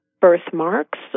birthmarks